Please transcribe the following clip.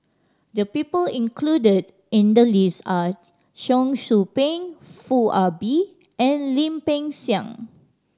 the people included in the list are Cheong Soo Pieng Foo Ah Bee and Lim Peng Siang